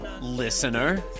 listener